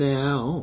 now